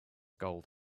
gold